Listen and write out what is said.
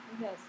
Yes